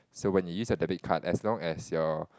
so when you use your debit card as long as your